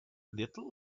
little